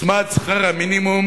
הוצמד שכר המינימום